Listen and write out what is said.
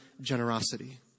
generosity